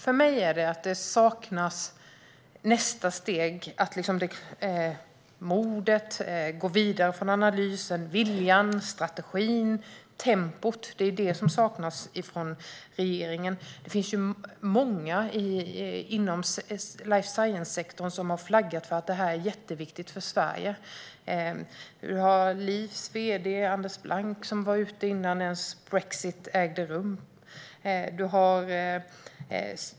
För mig saknas nästa steg, det vill säga modet, gå vidare från analysen, viljan, strategin och tempot. Det är det som saknas från regeringen. Det är många inom life science-sektorn som har flaggat för att detta är jätteviktigt för Sverige. LIF:s vd Anders Blanck var ute i frågan innan ens brexit hade ägt rum.